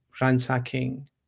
ransacking